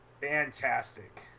Fantastic